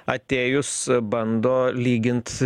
atėjus bando lygint